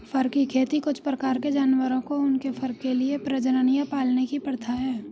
फर की खेती कुछ प्रकार के जानवरों को उनके फर के लिए प्रजनन या पालने की प्रथा है